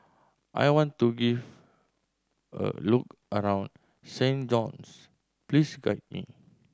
I want to give a look around Saint John's please guide me